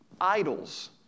Idols